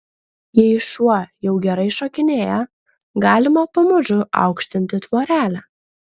jei šuo jau gerai šokinėja galima pamažu aukštinti tvorelę